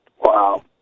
Wow